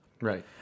Right